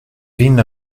vin